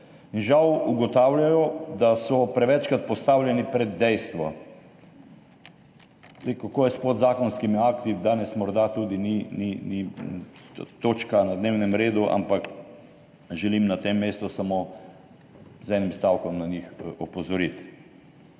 žal ugotavljajo, da so prevečkrat postavljeni pred dejstvo. Kako je s podzakonskimi akti, danes morda tudi ni točka dnevnega reda, ampak želim na tem mestu samo z enim stavkom na njih opozoriti.